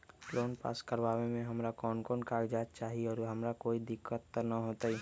Loan pass करवावे में हमरा कौन कौन कागजात चाही और हमरा कोई दिक्कत त ना होतई?